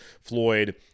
Floyd